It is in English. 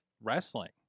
wrestling